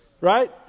Right